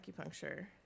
acupuncture